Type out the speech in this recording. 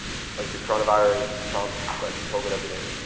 like the coronavirus trump, like covid everything.